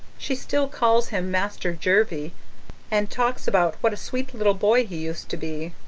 she still calls him master jervie and talks about what a sweet little boy he used to be.